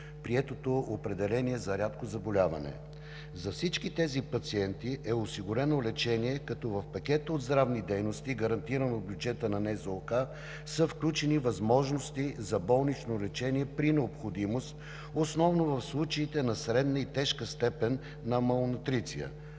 общоприетото определение за рядко заболяване. За всички тези пациенти е осигурено лечение, като в пакета от здравни дейности, гарантиран в бюджета на НЗОК, са включени възможности за болнично лечение при необходимост, основно в случаите на средна и тежка степен на малнутриция.